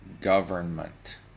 government